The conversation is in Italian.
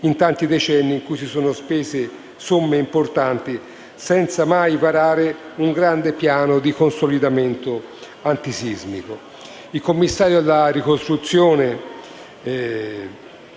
tanti decenni in cui si sono spese somme importanti senza mai varare un grande piano di consolidamento antisismico. Il commissario per la ricostruzione